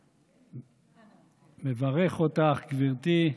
נכבדה, נברך אותך, גברתי,